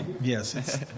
Yes